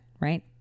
right